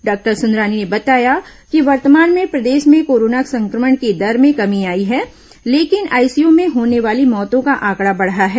doctor Sundarani ने बताया कि वर्तमान में प्रदेश में कोरोना संक्रमण की दर में कमी आई है लेकिन आईसीयू में होने वाली मौतों का आंकड़ा बढ़ा है